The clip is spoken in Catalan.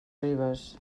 ribes